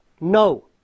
No